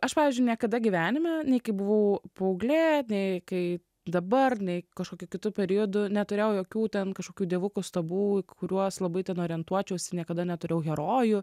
aš pavyzdžiui niekada gyvenime nei kai buvau paauglė nei kai dabar nei kažkokiu kitu periodu neturėjau jokių ten kažkokių dievukų stabų kuriuos labai ten orientuočiausi niekada neturėjau herojų